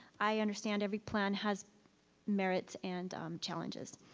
i understand every plan has merits and challenges.